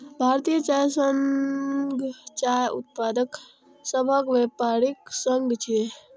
भारतीय चाय संघ चाय उत्पादक सभक व्यापारिक संघ छियै